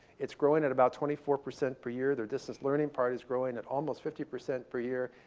it's growing at about twenty four percent per year. their distance learning part is growing at almost fifty percent per year.